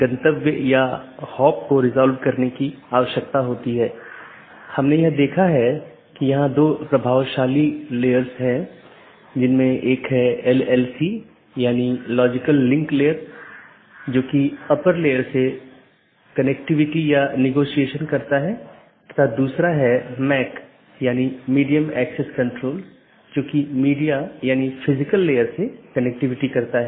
दूसरे अर्थ में हमारे पूरे नेटवर्क को कई ऑटॉनमस सिस्टम में विभाजित किया गया है जिसमें कई नेटवर्क और राउटर शामिल हैं जो ऑटॉनमस सिस्टम की पूरी जानकारी का ध्यान रखते हैं हमने देखा है कि वहाँ एक बैकबोन एरिया राउटर है जो सभी प्रकार की चीजों का ध्यान रखता है